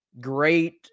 great –